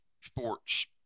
Sports